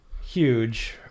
huge